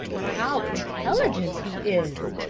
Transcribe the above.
how intelligent he is,